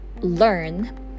learn